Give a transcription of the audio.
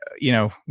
you know,